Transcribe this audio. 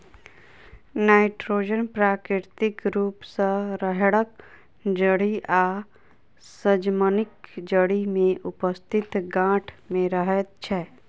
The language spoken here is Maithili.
नाइट्रोजन प्राकृतिक रूप सॅ राहैड़क जड़ि आ सजमनिक जड़ि मे उपस्थित गाँठ मे रहैत छै